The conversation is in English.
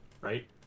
right